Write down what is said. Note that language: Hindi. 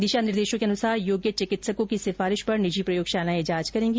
दिशा निर्देशों के अनुसार योग्य विकित्सकों की सिफारिश पर निजी प्रयोगशालाएं जांच करेगी